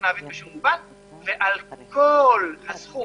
ועל כל הסכום,